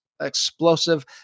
Explosive